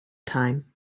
time